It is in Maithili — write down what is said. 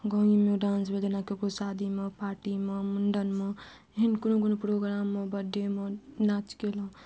गाँवमे डान्स भेजना ककरो शादीमे पार्टीमे मुण्डनमे एहन कोनो कोनो प्रोग्राममे बर्थडेमे नाच केलहुॅं